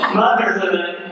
motherhood